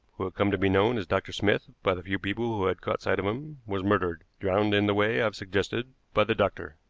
who had come to be known as dr. smith by the few people who had caught sight of him, was murdered, drowned, in the way i have suggested, by the doctor.